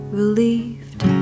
relieved